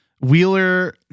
Wheeler